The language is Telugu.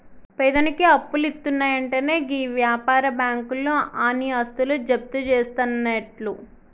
పేదోనికి అప్పులిత్తున్నయంటెనే గీ వ్యాపార బాకుంలు ఆని ఆస్తులు జప్తుజేస్తయన్నట్లు